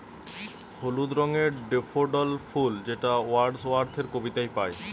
হলুদ রঙের ডেফোডিল ফুল যেটা ওয়ার্ডস ওয়ার্থের কবিতায় পাই